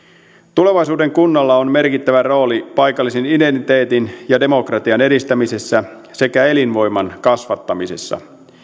tulevaisuuden kunnalla on merkittävä rooli paikallisen identiteetin ja demokratian edistämisessä sekä elinvoiman kasvattamisessa